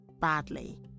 badly